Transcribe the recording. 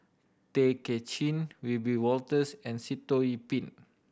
Tay Kay Chin Wiebe Wolters and Sitoh Yih Pin